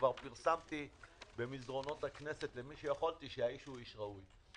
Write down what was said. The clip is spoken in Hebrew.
כבר פרסמתי למי שיכולתי במסדרונות הכנסת שהאיש הוא איש ראוי.